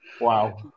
Wow